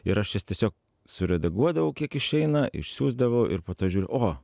ir aš jas tiesiog suredaguodavau kiek išeina išsiųsdavau ir po to žiūriu o